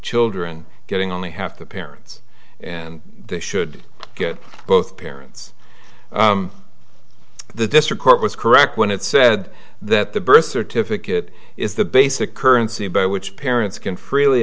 children getting only half the parents and they should get both parents the district court was correct when it said that the birth certificate is the basic currency by which parents can freely